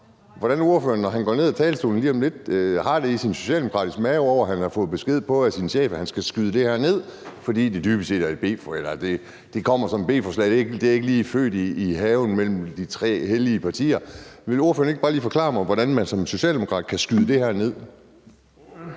hvordan ordføreren, når han går ned ad talerstolen lige om lidt, har det i sin socialdemokratiske mave over, at han af sin chef har fået besked på, at han skal skyde det her ned, dybest set fordi det er et beslutningsforslag og det ikke lige har groet i de tre hellige partiers have? Vil ordføreren ikke bare lige forklare mig, hvordan man som socialdemokrat kan skyde det her ned?